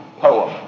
poem